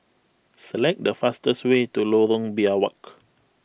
select the fastest way to Lorong Biawak